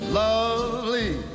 lovely